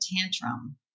tantrum